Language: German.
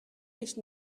ich